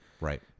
right